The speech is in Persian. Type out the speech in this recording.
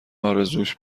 ارزوش